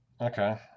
Okay